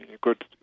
good